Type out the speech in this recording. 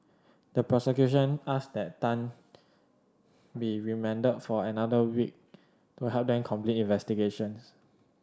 the prosecution asked that Tan be remanded for another week to help them complete investigations